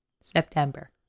september